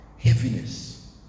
Heaviness